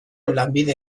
lanbide